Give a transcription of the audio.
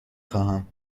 خواهم